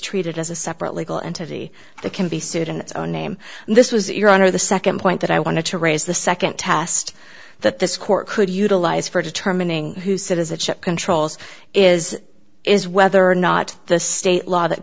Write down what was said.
treated as a separate legal entity that can be sued in its own name this was your honor the second point that i wanted to raise the second test that this court could utilize for determining who citizenship controls is is whether or not the state law that